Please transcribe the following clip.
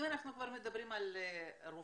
אם אנחנו כבר מדברים על רופאים,